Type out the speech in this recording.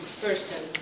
person